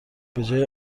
بجای